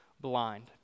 blind